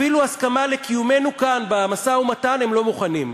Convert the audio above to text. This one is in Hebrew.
אפילו להסכמה לקיומנו כאן במשא-ומתן הם לא מוכנים.